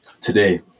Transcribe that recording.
today